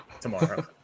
tomorrow